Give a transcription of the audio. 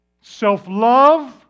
self-love